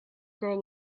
grow